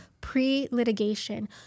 Pre-litigation